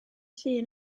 llun